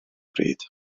bryd